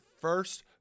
first